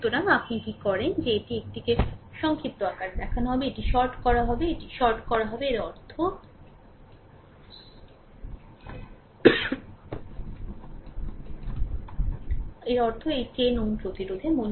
সুতরাং আপনি কি করেন যে এটি শর্ট করা হবে এটি শর্ট করা হবে এর অর্থ এই 10 Ω প্রতিরোধের